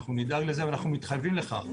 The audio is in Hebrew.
אנחנו נדאג לזה ומתחייבים לכך.